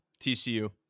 TCU